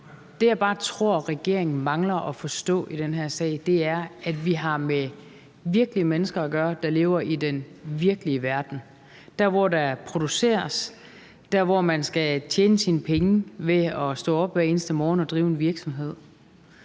Det, jeg bare tror regeringen mangler at forstå i den her sag, er, at vi har med virkelige mennesker at gøre, der lever i den virkelige verden – der, hvor der produceres, der, hvor man skal tjene sine penge ved at stå op hver eneste morgen og drive en virksomhed.